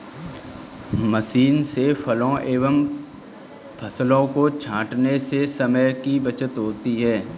machine से फलों एवं फसलों को छाँटने से समय की बचत होती है